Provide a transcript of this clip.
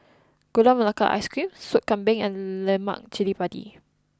Gula Melaka Ice Cream Soup Kambing and Lemak Cili Padi